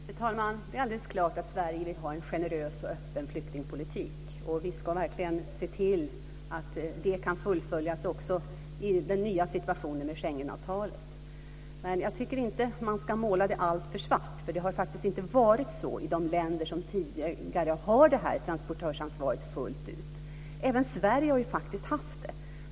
Fru talman! Det är alldeles klart att Sverige vill ha en generös och öppen flyktingpolitik, och vi ska verkligen se till att en sådan kan fullföljas också i den nya situationen med Schengenavtalet. Men jag tycker inte att man ska måla alltför svart, för det har faktiskt inte varit så illa i de länder som sedan tidigare har det här transportörsansvaret fullt ut. Även Sverige har ju faktiskt haft det.